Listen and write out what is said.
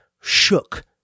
shook